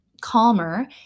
calmer